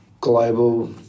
global